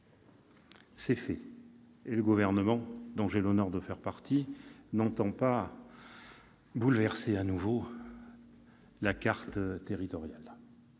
existent, le Gouvernement, dont j'ai l'honneur de faire partie, n'entend pas bouleverser de nouveau la carte territoriale.